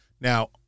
Now